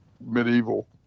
medieval